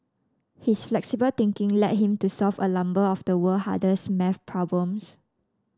his flexible thinking led him to solve a number of the world hardest maths problems